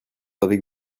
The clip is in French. avec